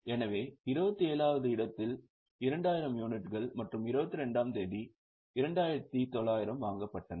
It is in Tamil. எனவே 27 ஆம் தேதியில் 2000 யூனிட்டுகள் மற்றும் 22 ஆம் தேதி 2900 யூனிட்டுகள் வாங்கப்பட்டன